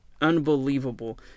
unbelievable